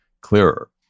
clearer